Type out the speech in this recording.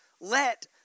let